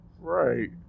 Right